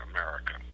America